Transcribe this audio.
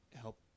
help